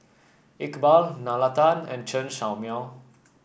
Iqbal Nalla Tan and Chen Show Mao